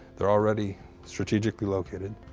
they're already strategically located.